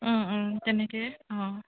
তেনেকৈ অঁ